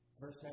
Verse